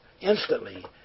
instantly